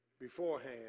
beforehand